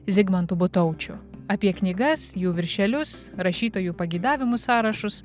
zigmantu butaučiu apie knygas jų viršelius rašytojų pageidavimų sąrašus